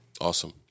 Awesome